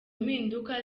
mpinduka